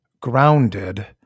grounded